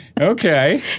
Okay